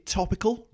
topical